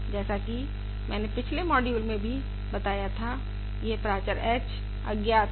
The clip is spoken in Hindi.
जैसा कि मैंने पिछले मॉड्यूल में भी बताया था यह प्राचर h अज्ञात है